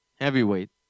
heavyweight